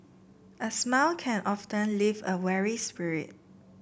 a smile can often lift a weary spirit